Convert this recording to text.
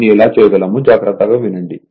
దీన్ని ఎలా చేయగలమో జాగ్రత్తగా వినండి